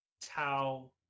Tau